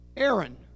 Aaron